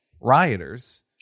rioters